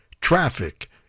traffic